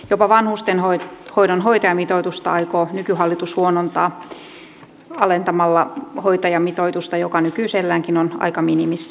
jopa vanhustenhoidon hoitajamitoitusta aikoo nykyhallitus alentaa vaikka nykyiselläänkin se on aika minimissä